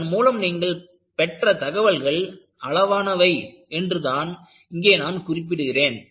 அதன் மூலம் நீங்கள் பெற்ற தகவல்கள் அளவானவை என்றுதான் இங்கே நான் குறிப்பிடுகிறேன்